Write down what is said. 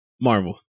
Marvel